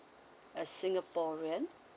a singaporean